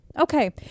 okay